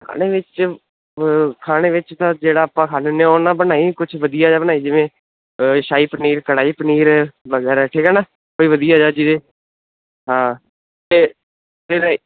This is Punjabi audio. ਖਾਣੇ ਵਿੱਚ ਤਾਂ ਜਿਹੜਾ ਆਪਾਂ ਖਾਂਦੇ ਆ ਉਹ ਨਾ ਬਣਾਈ ਕੁਛ ਵਧੀਆ ਜਿਹਾ ਬਣਾਈ ਜਿਵੇਂ ਸ਼ਾਹੀ ਪਨੀਰ ਕੜਾਈ ਪਨੀਰ ਵਗੈਰਾ ਠੀਕ ਹ ਨਾ ਕੋਈ ਵਧੀਆ ਜਿਹਾ ਚੀਰੇ ਹਾਂ ਤੇ